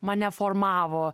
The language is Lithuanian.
mane formavo